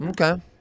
Okay